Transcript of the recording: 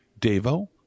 Devo